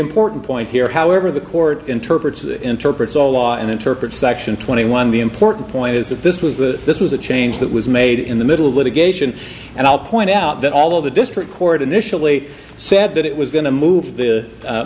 important point here however the court interprets interprets all law and interpret section twenty one the important point is that this was the this was a change that was made in the middle of litigation and i'll point out that all of the district court initially said that it was going to move t